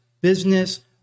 business